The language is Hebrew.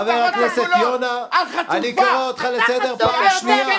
חבר הכנסת יונה, אני קורא אותך לסדר פעם ראשונה.